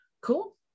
Cool